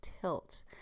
tilt